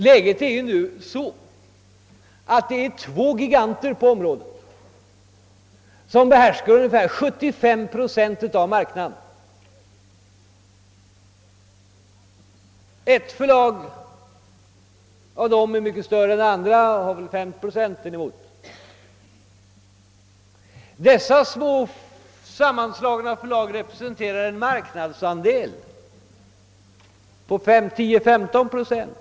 Läget är detta, att två giganter på området behärskar ungefär 75 procent av läroboksmarknaden, det ena förlaget är mycket större än det andra och har inemot 50 procent av marknaden. De båda små förlag som nu föreslås skall bli sammanslagna representerar en marknadsandel på 10—15 procent.